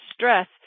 stress